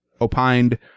opined